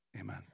Amen